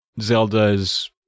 Zelda's